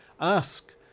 ask